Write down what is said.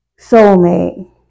soulmate